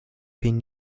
been